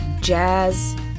jazz